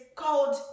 called